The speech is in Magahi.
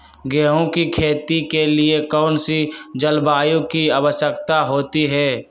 गेंहू की खेती के लिए कौन सी जलवायु की आवश्यकता होती है?